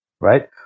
right